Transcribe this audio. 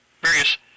various